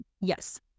Yes